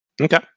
Okay